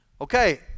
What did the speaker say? Okay